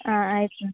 ಹಾಂ ಆಯಿತು